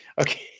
Okay